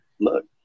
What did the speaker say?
look